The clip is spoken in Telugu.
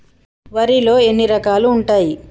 వరిలో ఎన్ని రకాలు ఉంటాయి?